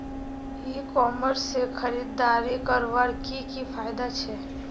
ई commerce से खरीदारी करवार की की फायदा छे?